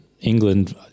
England